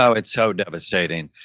so it's so devastating.